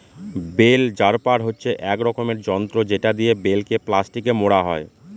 bell wrapper হচ্ছে এক রকমের যন্ত্র যেটা দিয়ে বেল কে প্লাস্টিকে মোড়া হয়